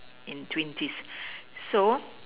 in twenties so